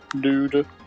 dude